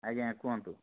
ଆଜ୍ଞା କୁହନ୍ତୁ